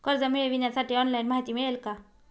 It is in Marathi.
कर्ज मिळविण्यासाठी ऑनलाइन माहिती मिळेल का?